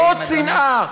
ועוד שנאה.